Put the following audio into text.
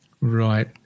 Right